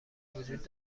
وجود